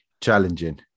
challenging